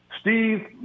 Steve